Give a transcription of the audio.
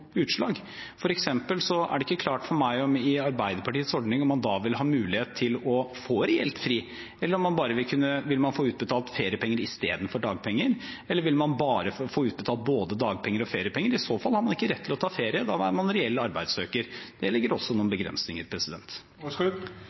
ha mulighet til å få reelt fri. Vil man få utbetalt feriepenger i stedet for dagpenger? Vil man vil få utbetalt både dagpenger og feriepenger? I så fall har man ikke rett til å ta ferie – da er man reell arbeidssøker. Der ligger det også noen begrensninger.